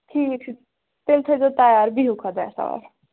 ٹھیٖک چھُ تیٚلہِ تھٲیِزیٚو تَیار بِہِو خۄدایَس حَوال